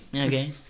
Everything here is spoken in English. Okay